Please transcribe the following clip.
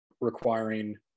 requiring